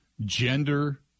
gender